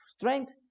strength